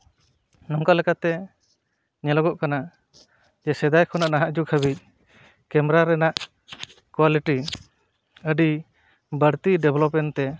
ᱱᱚᱝᱠᱟ ᱞᱮᱠᱟᱛᱮ ᱧᱮᱞᱚᱜᱚᱜ ᱠᱟᱱᱟ ᱡᱮ ᱥᱮᱫᱟᱭ ᱠᱷᱚᱱᱟᱜ ᱱᱟᱦᱟᱜ ᱡᱩᱜᱽ ᱦᱟᱹᱵᱤᱡ ᱠᱮᱢᱮᱨᱟ ᱨᱮᱱᱟᱜ ᱠᱚᱣᱟᱞᱤᱴᱤ ᱟᱹᱰᱤ ᱵᱟᱹᱲᱛᱤ ᱰᱮᱵᱷᱞᱚᱯᱮᱱᱛᱮ